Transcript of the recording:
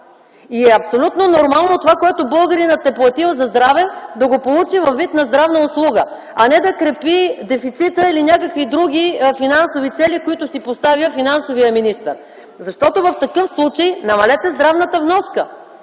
Абсолютно нормално е това, което българинът е платил за здраве, да го получи във вид на здравна услуга, а не да крепи дефицита или някакви други финансови цели, които си поставя финансовият министър. В такъв случай намалете здравната вноска.